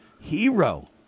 hero